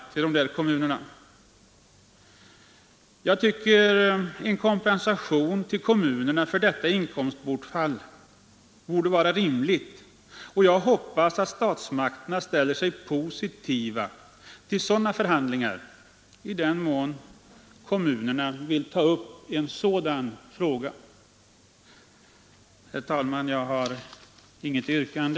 Jag tycker att det borde vara rimligt att ge en kompensation till kommunerna för dessa inkomstbortfall, och jag hoppas att statsmakterna ställer sig positiva i den mån kommunerna vill ta upp förhandlingar om sådana frågor. Herr talman, jag har inget yrkande.